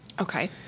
Okay